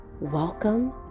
Welcome